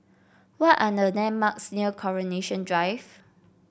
what are the landmarks near Coronation Drive